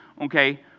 okay